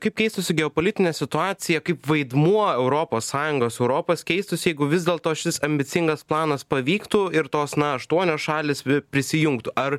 kaip keistųsi geopolitinė situacija kaip vaidmuo europos sąjungos europos keistųsi jeigu vis dėlto šis ambicingas planas pavyktų ir tos na aštuonios šalys prisijungtų ar